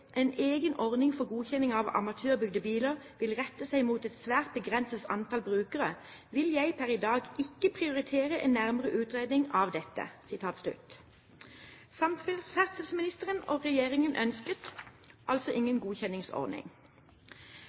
en egen ordning for godkjenning av amatørbygde biler vil rette seg mot et svært begrenset antall brukere, vil jeg per i dag ikke prioritere en nærmere utredning av dette». Samferdselsministeren og regjeringen ønsket altså ingen godkjenningsordning.